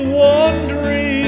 wandering